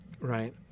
right